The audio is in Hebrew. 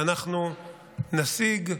ואנחנו נשיג,